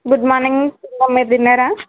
good morning మేము తిన్నాము మీరు తిన్నారా